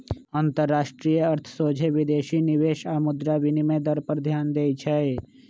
अंतरराष्ट्रीय अर्थ सोझे विदेशी निवेश आऽ मुद्रा विनिमय दर पर ध्यान देइ छै